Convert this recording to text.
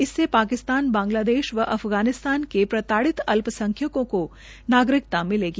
इससे पाकिस्तान बांगलादेश व अफगानिस्तान के प्रताडित अल्पसंख्यकों को नागरिकता मिलेगी